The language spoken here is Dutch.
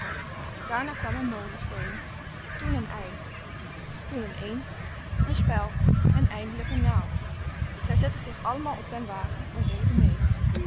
daarna kwam een molensteen toen een ei toen een eend een speld en eindelijk een naald zij zetten zich allemaal op den wagen en reden mee